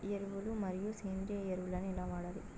ఎరువులు మరియు సేంద్రియ ఎరువులని ఎలా వాడాలి?